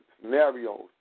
scenarios